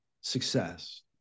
success